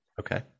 Okay